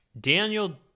Daniel